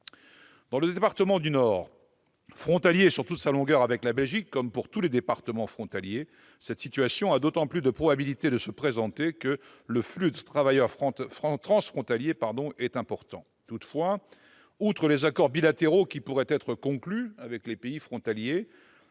Dans le département du Nord, frontalier sur toute sa longueur avec la Belgique, comme pour tous les départements frontaliers, cette situation a d'autant plus de probabilités de se présenter que le flux de travailleurs transfrontaliers est important. Toutefois, outre les accords bilatéraux qui pourraient être conclus avec les pays frontaliers,